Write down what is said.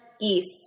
East